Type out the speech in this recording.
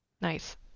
nice